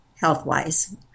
health-wise